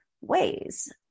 ways